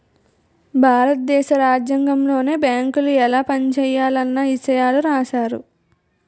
భారత దేశ రాజ్యాంగంలోనే బేంకులు ఎలా పనిజేయాలన్న ఇసయాలు రాశారు